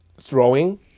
throwing